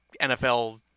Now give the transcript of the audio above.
NFL